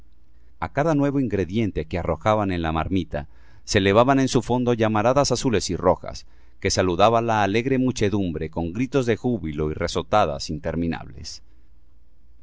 a cada nuevo ingrediente que arrojaban en la marmita se elevaban de su fondo llamaradas azules y rojas que saludaba la alegre muchedumbre con gritos de júbilo y risotadas interminables